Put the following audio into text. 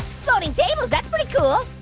floating tables, that's pretty cool.